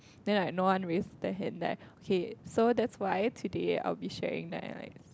then like no one raise their hand then I okay so that's why today I will be sharing that I like